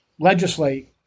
Legislate